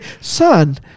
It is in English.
son